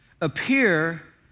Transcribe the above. appear